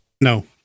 No